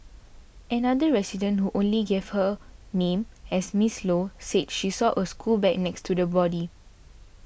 another resident who only gave her name as Miss Low said she saw a school bag next to the body